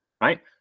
right